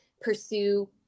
pursue